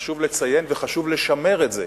וחשוב לציין וחשוב לשמר את זה.